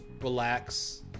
relax